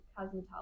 cosmetology